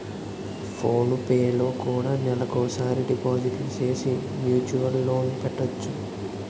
phone పేలో కూడా నెలకోసారి డిపాజిట్లు సేసి మ్యూచువల్ లోన్ పెట్టొచ్చు